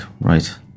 right